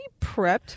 prepped